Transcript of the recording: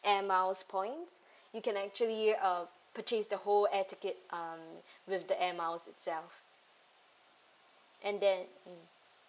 air miles points you can actually uh purchase the whole air tickets um with the air miles itself and then mm